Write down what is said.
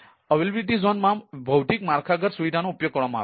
ઉપલબ્ધતા ઝોન માં ભૌતિક માળખાગત સુવિધાઓનો ઉપયોગ કરવામાં આવે છે